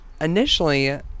initially